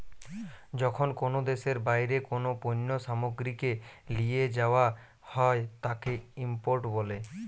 যখন কোনো দেশের বাইরে কোনো পণ্য সামগ্রীকে লিয়ে যায়া হয় তাকে ইম্পোর্ট বলে